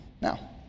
now